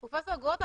פרופ' גרוטו,